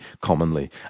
commonly